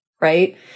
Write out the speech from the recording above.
Right